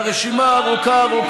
והרשימה ארוכה ארוכה.